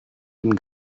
ihm